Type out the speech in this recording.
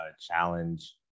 challenge